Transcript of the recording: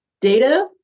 data